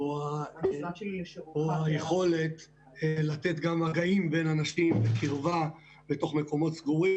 או יכולת לתת גם מגעים של אנשים בקרבה בתוך מקומות סגורים,